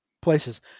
places